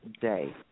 day